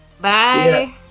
Bye